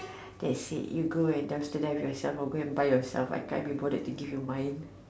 that's it you go and duster life yourself or go and buy yourself I cant be bothered to give you mine